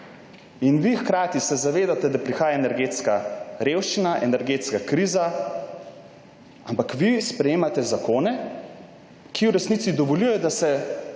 ne zgodi. Vi se zavedate, da prihaja energetska revščina, energetska kriza, ampak vi hkrati sprejemate zakone, ki v resnici dovoljujejo, da se